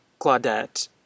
Claudette